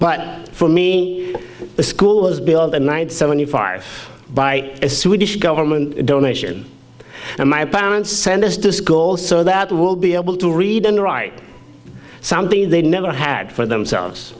but for me the school is beyond the nine hundred seventy five by a swedish government donation and my parents send us to school so that we'll be able to read and write something they never had for themselves